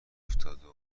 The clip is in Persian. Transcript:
افتاده